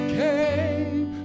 came